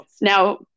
Now